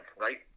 right